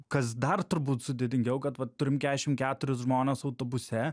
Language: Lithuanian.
kas dar turbūt sudėtingiau kad vat turim kešim keturis žmones autobuse